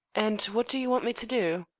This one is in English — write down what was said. and what do you want me to do?